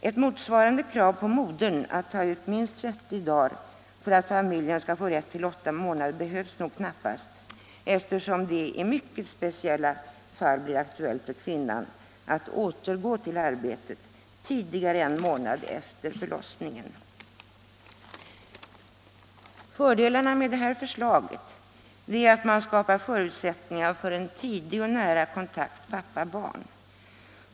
Ett motsvarande krav på modern att ta ut minst 30 dagar för att familjen skall få rätt till åtta månader behövs knappast eftersom det endast i mycket speciella fall blir aktuellt för kvinnan att återgå till arbetet tidigare än en månad efter förlossningen. Fördelarna med detta förslag är att man skapar förutsättningar för en tidig och nära kontakt pappa-barn.